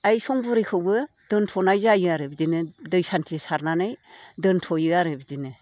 आइ संबुरैखौबो दोन्थ'नाय जायो आरो बिदिनो दै सान्थि सारनानै दोन्थ'यो आरो बिदिनो